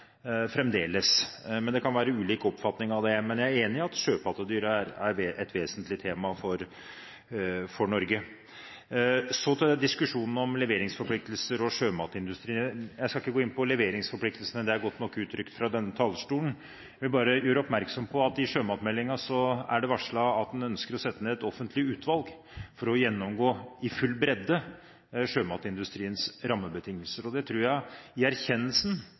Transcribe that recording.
fremdeles. Det kan være ulik oppfatning av det, men jeg er enig i at sjøpattedyr er et vesentlig tema for Norge. Så til diskusjonen om leveringsforpliktelser og sjømatindustri. Jeg skal ikke gå inn på leveringsforpliktelsene. Det er godt nok uttrykt fra denne talerstolen. Jeg vil bare gjøre oppmerksom på at i sjømatmeldingen er det varslet at en ønsker å sette ned et offentlig utvalg for å gjennomgå – i full bredde – sjømatindustriens rammebetingelser. Det tror jeg i erkjennelsen